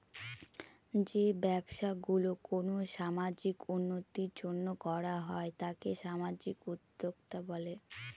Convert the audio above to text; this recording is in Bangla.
যে ব্যবসা গুলো কোনো সামাজিক উন্নতির জন্য করা হয় তাকে সামাজিক উদ্যক্তা বলে